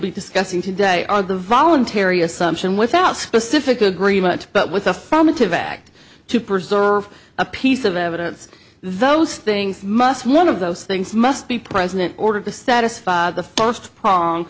be discussing today are the voluntary assumption without specific agreement but with affirmative act to preserve a piece of evidence those things must one of those things must be present order to satisfy the first prong